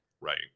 Right